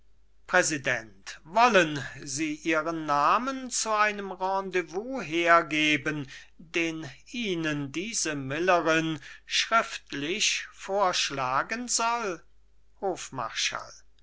präsident wollen sie ihren namen zu einem rendez-vous hergeben den ihnen diese millerin schriftlich vorschlagen soll hofmarschall